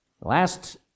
last